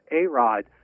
A-Rod